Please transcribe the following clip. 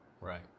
right